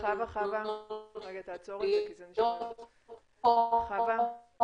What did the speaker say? חברת 4girls, חברת סושיאל טק לקידום צמיחה נפשית